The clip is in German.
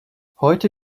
heute